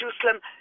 Jerusalem